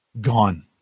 gone